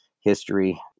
history